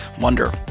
wonder